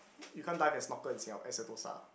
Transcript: you can't dive and snorkel in singa~ at Sentosa